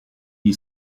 gli